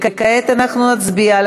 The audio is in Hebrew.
58 חברי כנסת בעד, 22 מתנגדים, אחד נמנע.